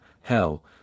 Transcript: hell